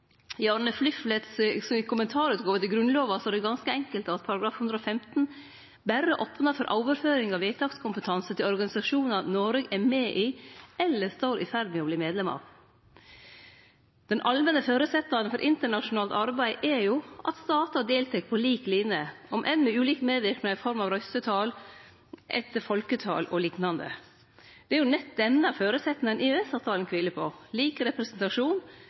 I Arne Fliflets kommentarutgåve til Grunnlova står det ganske enkelt at § 115 berre opnar for overføring av vedtakskompetanse til organisasjonar Noreg er med i eller er i ferd med å bli medlem av. Den allmenne føresetnaden for internasjonalt samarbeid er jo at statar deltek på lik line, om enn med ulik medverknad i form av røystetal etter folketal og liknande. Det er nett denne føresetnaden EØS-avtalen kviler på – lik representasjon